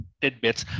tidbits